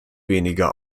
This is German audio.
weniger